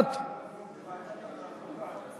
אני רוצה לוועדת החוקה.